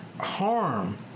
harm